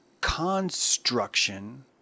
construction